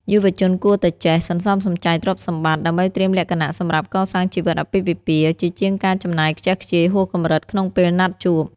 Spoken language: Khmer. យុវជនគួរតែចេះ "សន្សំសំចៃទ្រព្យសម្បត្តិ" ដើម្បីត្រៀមលក្ខណៈសម្រាប់កសាងជីវិតអាពាហ៍ពិពាហ៍ ជាជាងការចំណាយខ្ជះខ្ជាយហួសកម្រិតក្នុងពេលណាត់ជួប។